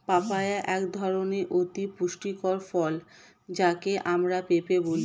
papaya এক ধরনের অতি পুষ্টিকর ফল যাকে আমরা পেঁপে বলি